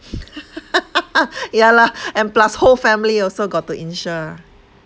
ya lah and plus whole family also got to insure ah